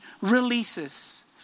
releases